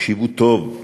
תקשיבו טוב,